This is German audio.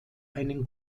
einen